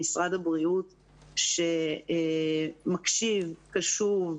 משרד הבריאות שמקשיב, קשוב,